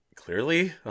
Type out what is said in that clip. Clearly